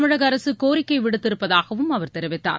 தமிழக அரசு கோரிக்கை விடுத்திருப்பதாகவும் அவர் தெரிவித்தார்